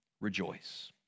rejoice